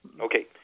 Okay